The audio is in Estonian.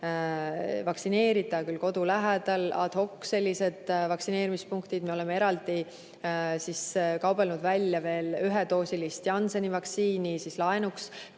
vaktsineerida, näiteks kodu lähedalad hocsellised vaktsineerimispunktid. Me oleme eraldi kaubelnud veel ühedoosilist Jansseni vaktsiini laenuks,